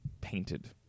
painted